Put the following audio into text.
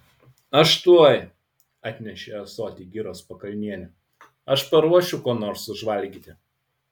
aš tuoj atnešė ąsotį giros pakalnienė aš paruošiu ko nors užvalgyti